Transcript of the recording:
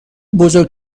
بزرگ